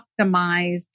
optimized